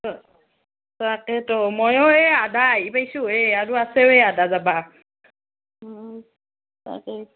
তাকেতো মইয়ো এই আধা আহি পাইছোঁহে আৰু আছে আধা যাব তাকেই